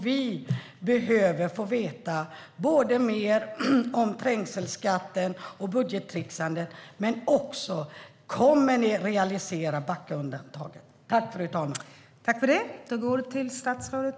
Vi behöver få veta mer om trängselskatten och budgettrixandet men också om ni kommer att realisera Backaundantaget.